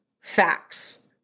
facts